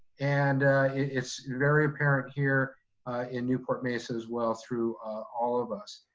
and it's very apparent here in newport mesa as well through all of us.